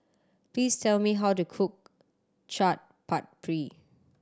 please tell me how to cook Chaat Papri